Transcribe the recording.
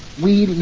we